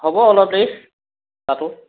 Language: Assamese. হ'ব অলপ দেৰি তাতো